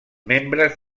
membres